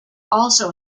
also